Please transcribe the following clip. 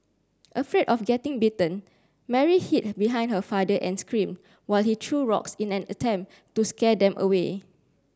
afraid of getting bitten Mary hid behind her father and screamed while he threw rocks in an attempt to scare them away